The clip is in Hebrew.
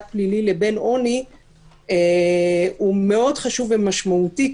פלילי ובין עוני הוא מאוד חשוב ומשמעותי.